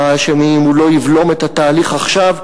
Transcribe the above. ההאשמי אם הוא לא יבלום את התהליך עכשיו,